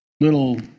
little